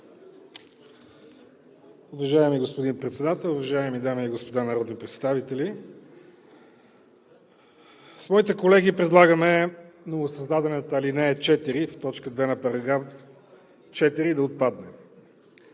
Уважаеми господин Председател, уважаеми дами и господа народни представители! С моите колеги предлагаме новосъздадената ал. 4 в т. 2 на § 14 да отпадне,